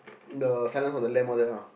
the Silence-of-the-Lamb all that ah